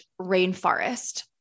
rainforest